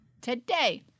Today